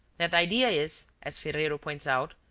that idea is, as ferrero points out,